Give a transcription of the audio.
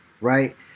right